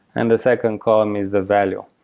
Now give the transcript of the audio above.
and the second column is the value.